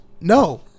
No